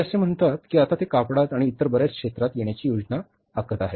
ते असे म्हणतात की आता ते कापडात आणि इतर बर्याच क्षेत्रात येण्याची योजना आखत आहेत